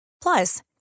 Plus